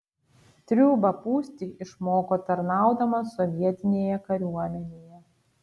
triūbą pūsti išmoko tarnaudamas sovietinėje kariuomenėje